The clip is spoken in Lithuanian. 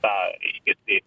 tą reiškiasi